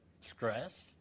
stress